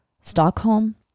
Stockholm